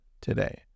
today